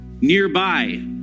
nearby